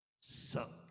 suck